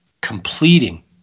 completing